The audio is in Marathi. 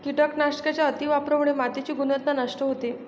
कीटकनाशकांच्या अतिवापरामुळे मातीची गुणवत्ता नष्ट होते